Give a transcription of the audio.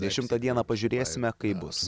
dešimtą dieną pažiūrėsime kaip bus